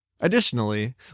Additionally